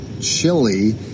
chili